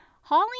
Holly